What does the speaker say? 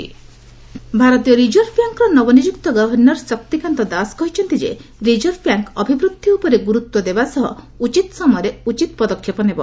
RBI ଭାରତୀୟ reserve ବ୍ୟାଙ୍କ୍ର ନବନିଯୁକ୍ତ ଗଭର୍ଣ୍ଣର ଶକ୍ତିକାନ୍ତ ଦାସ କହିଛନ୍ତି ଯେ ରିକର୍ଭ ବ୍ୟାଙ୍କ୍ ଅଭିବୃଦ୍ଧି ଉପରେ ଗୁରୁତ୍ୱ ଦେବା ସହ ଉଚିତ୍ ସମୟରେ ଉଚିତ୍ ପଦକ୍ଷେପ ନେବ